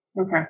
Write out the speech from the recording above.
Okay